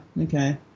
okay